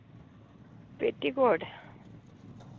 petticoat